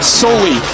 solely